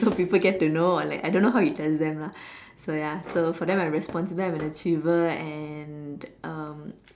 so people get to know or like I don't know how he tells them lah so ya so for them I'm responsible and I'm an achiever and um